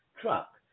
truck